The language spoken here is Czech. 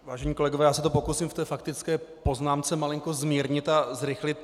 Vážení kolegové, pokusím se to v té faktické poznámce malinko zmírnit a zrychlit.